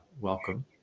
welcome